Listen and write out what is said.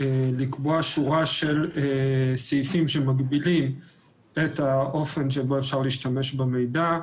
לקבוע שורה של סעיפים שמגבילים את האופן שבו אפשר להשתמש במידע.